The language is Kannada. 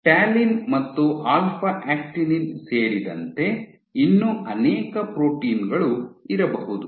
ಟ್ಯಾಲಿನ್ ಮತ್ತು ಆಲ್ಫಾ ಆಕ್ಟಿನಿನ್ ಸೇರಿದಂತೆ ಇನ್ನೂ ಅನೇಕ ಪ್ರೋಟೀನ್ಗಳು ಇರಬಹುದು